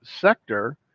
sector